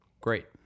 Great